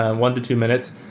and one to two minutes,